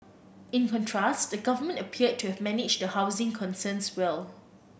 in contrast the government appeared to have managed the housing concerns well